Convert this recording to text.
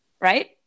right